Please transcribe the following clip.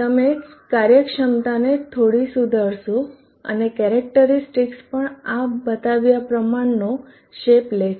તમે કાર્યક્ષમતાને થોડી સુધારશો અને કેરેક્ટરીસ્ટિકસ પણ આ બતાવ્યા પ્રમાણનો શેપ લે છે